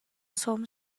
sawm